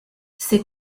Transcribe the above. ses